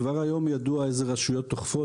כבר היום ידוע איזה רשויות אוכפות,